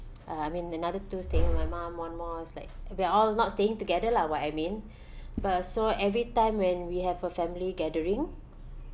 uh I mean another two staying with my mom on most like we're all not staying together lah what I mean but so every time when we have a family gathering